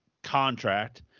Contract